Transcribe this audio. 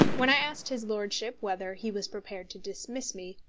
when i asked his lordship whether he was prepared to dismiss me,